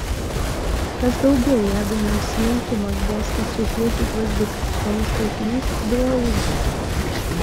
kas daugiau jeigu ne nusilenkimas buvo skaisčiažiedžiai gvazdikai švelnus kreipinys ir drovumas